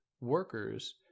workers